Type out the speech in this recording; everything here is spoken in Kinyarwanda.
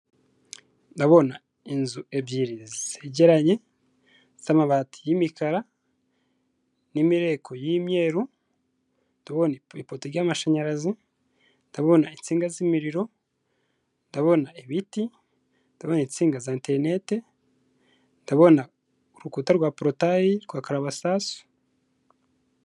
Ndabona inzu ebyiri zegeranye, z'amabati y'imikara n'imireko y'imyeru ndabona ipoto z'amashanyarazi, ndabona insinga zimiriro, ndabona ibiti, ndabona intsinga za interineti, ndabona urukuta rwa porutayi rwa karabasasu.